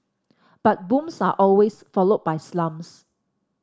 but booms are always followed by slumps